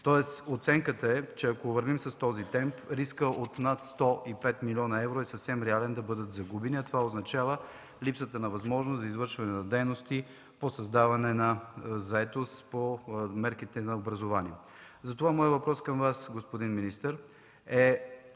тоест оценката е, че ако вървим с този темп, рискът от над 105 милиона евро е съвсем реален да бъдат загубени, а това означава липсата на възможност за извършване на дейности по създаване на заетост по мерките на образованието. Затова моят въпрос към Вас, господин министър, е: